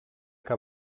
que